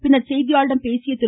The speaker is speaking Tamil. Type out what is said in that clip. பின்னர் செய்தியாளர்களிடம் பேசிய திரு